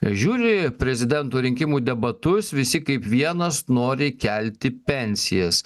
žiūri prezidento rinkimų debatus visi kaip vienas nori kelti pensijas